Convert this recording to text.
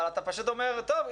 אבל אתה פשוט אומר: טוב,